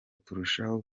turushaho